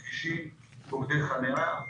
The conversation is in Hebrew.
כבישים ומוקדי חנייה.